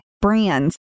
brands